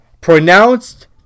pronounced